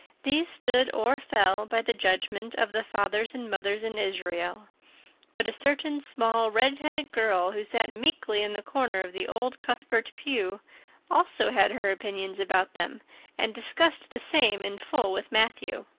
these stood or fell by the judgment of the fathers and mothers in israel but a certain small, red-haired girl who sat meekly in the corner of the old cuthbert pew also had her opinions about them and discussed the same in full with matthew,